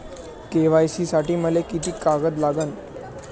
KYC साठी मले कोंते कागद लागन?